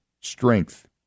strength